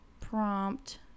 prompt